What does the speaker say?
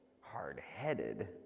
hard-headed